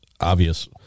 obvious